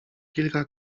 kilka